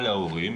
על ההורים.